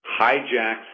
hijacks